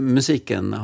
Musiken